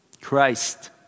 Christ